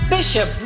Bishop